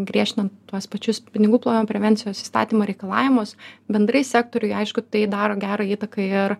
griežtinant tuos pačius pinigų plovimo prevencijos įstatymo reikalavimus bendrai sektoriui aišku tai daro gerą įtaką ir